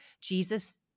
Jesus